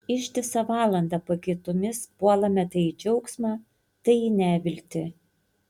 ištisą valandą pakaitomis puolame tai į džiaugsmą tai į neviltį